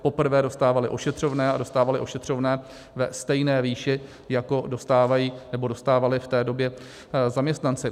Poprvé dostávali ošetřovné, a dostávali ošetřovné ve stejné výši, jako dostávají, nebo dostávali v té době, zaměstnanci.